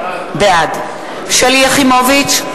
בעד שלי יחימוביץ,